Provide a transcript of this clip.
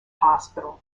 hospital